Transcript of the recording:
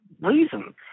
reason